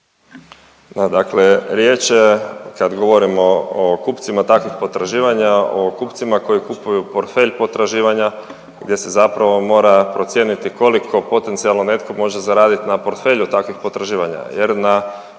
dakle riječ je kad govorimo o kupcima takvih potraživanja o kupcima koji kupuju portfelj potraživanja gdje se zapravo mora procijeniti koliko potencijalno netko može zaradit na portfelju takvih potraživanju